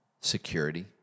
security